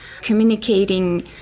communicating